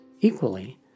equally